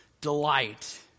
delight